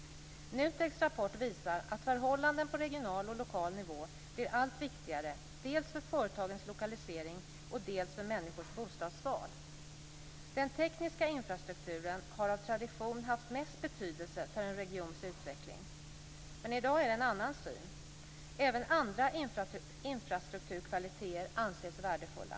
NUTEK:s rapport visat att förhållanden på regional och lokal nivå blir allt viktigare dels för företagens lokalisering, dels för människors bostadsval. Den tekniska infrastrukturen har av tradition haft mest betydelse för en regions utveckling. I dag är det en annan syn. Även andra infrastrukturkvaliteter anses värdefulla.